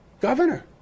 Governor